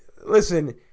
listen